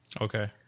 Okay